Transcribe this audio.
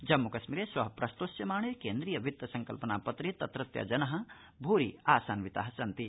जम्मू कश्मीर श्व प्रस्तोष्यमाणे केन्द्रीय वित्त संकल्पना पत्रे तत्रत्या जना भूरि आशान्विता सन्ति